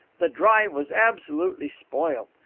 the drive was absolutely spoilt.